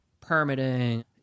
permitting